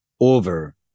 over